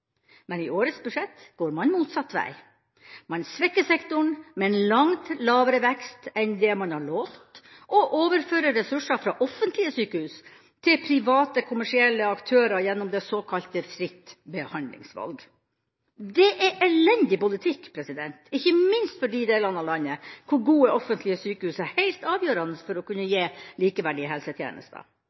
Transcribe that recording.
men i årets budsjett går man motsatt vei: Man svekker sektoren med en langt lavere vekst enn det man har lovt, og overfører ressurser fra offentlige sykehus til private kommersielle aktører gjennom såkalt fritt behandlingsvalg. Det er elendig politikk, ikke minst for de delene av landet hvor gode offentlige sykehus er helt avgjørende for å kunne gi